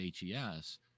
HES